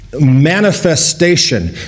manifestation